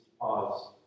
pause